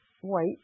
white